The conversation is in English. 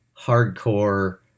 hardcore